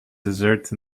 desserts